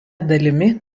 dalimi